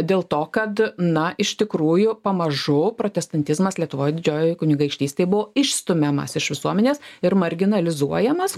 dėl to kad na iš tikrųjų pamažu protestantizmas lietuvoj didžiojoj kunigaikštystėj buvo išstumiamas iš visuomenės ir marginalizuojamas